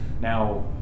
now